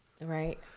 Right